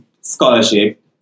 scholarship